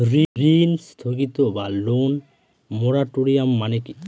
ঋণ স্থগিত বা লোন মোরাটোরিয়াম মানে কি?